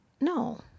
No